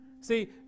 See